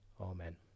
Amen